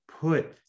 put